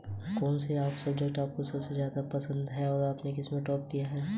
आप स्वाभाविक रूप से ग्राहकों को कैसे आकर्षित करते हैं?